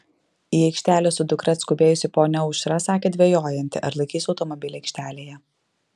į aikštelę su dukra atskubėjusi ponia aušra sakė dvejojanti ar laikys automobilį aikštelėje